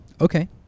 Okay